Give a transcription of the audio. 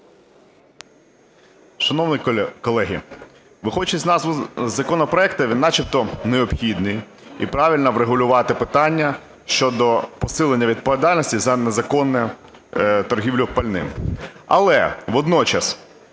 Шановні колеги, виходячи з назви законопроекту, він начебто необхідний і правильно врегулювати питання щодо посилення відповідальності за незаконну торгівлю пальним. Але водночас